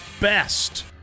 best